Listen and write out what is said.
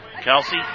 Kelsey